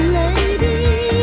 lady